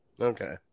Okay